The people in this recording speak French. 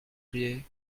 plait